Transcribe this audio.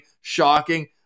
Shocking